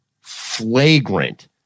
flagrant